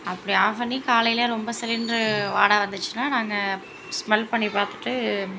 அப்படி ஆஃப் பண்ணி காலையில் ரொம்ப சிலிண்ட்ரு வாடை வந்துச்சுன்னால் நாங்கள் ஸ்மெல் பண்ணி பார்த்துட்டு